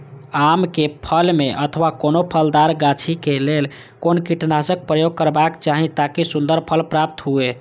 आम क फल में अथवा कोनो फलदार गाछि क लेल कोन कीटनाशक प्रयोग करबाक चाही ताकि सुन्दर फल प्राप्त हुऐ?